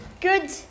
Good